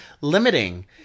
limiting